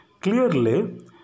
clearly